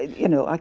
you know,